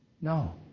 No